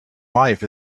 life